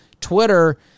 Twitter